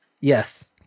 Yes